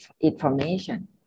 information